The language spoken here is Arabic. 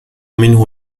منه